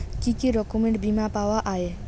কি কি রকমের বিমা পাওয়া য়ায়?